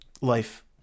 life